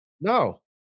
No